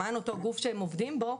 למען אותו גוף שהם עובדים בו,